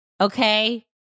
okay